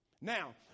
Now